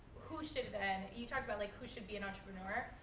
who should then, you talked about like who should be an entrepreneur,